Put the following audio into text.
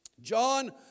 John